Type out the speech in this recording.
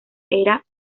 era